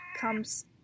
comes